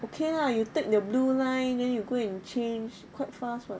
okay lah you take your blue line then you go and change quite fast [what]